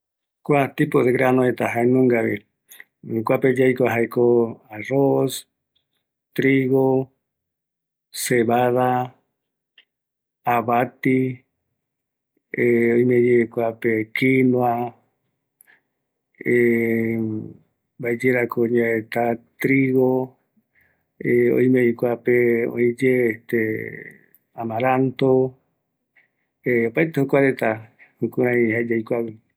Granos reta, arroz, avati, trigo, sevada, girasol, soya, amaranto, kinua, kumanda, jaeño aikuava